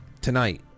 Tonight